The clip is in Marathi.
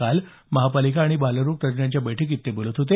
काल महापालिका आणि बालरोग तज्ज्ञांच्या बैठकीत ते बोलत होते